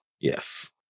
yes